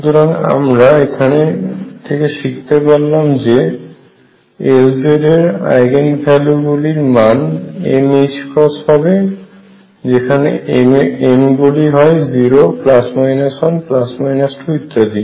সুতরাং আমরা এখান থেকে শিখতে পারলাম যে Lz এর আইগেন ভ্যালু গুলির মান m ℏ হবে যেখানে m এর গুলি হয় 0 1 2 ইত্যাদি